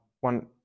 one